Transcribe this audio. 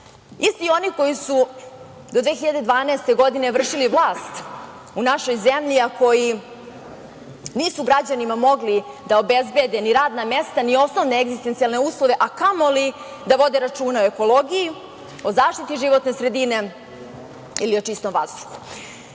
Isti oni koji su do 2012. godine vršili vlast u našoj zemlji, a koji nisu građanima mogli da obezbede ni radna mesta, ni osnove egzistencijalne uslove, a kamoli da vode računa o ekologiji, o zaštiti životne sredine ili o čistom